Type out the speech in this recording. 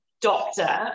doctor